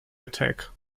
attack